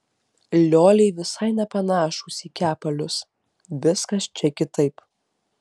lioliai visai nepanašūs į kepalius viskas čia kitaip